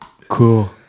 Cool